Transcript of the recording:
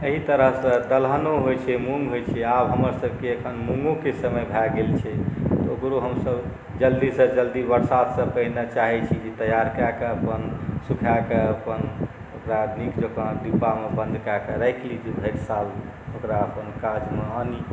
अही तरहसँ दलहनो होइ छै मूँग होइ छै आब हमर सबके एखन मूँगोके समय भऽ गेल छै ओकरो हमसब जल्दीसँ जल्दी बरसातसँ पहिने चाहै छी जे तैयार कऽ कए अपन सुखाकऽ ओकरा नीक जकाँ डिब्बामे बन्द कऽ कए राखि लै छी भरि साल ओकरा अपन काजमे आनी